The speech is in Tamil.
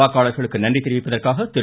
வாக்காளர்களுக்கு நன்றி தெரிவிப்பதற்காக திரு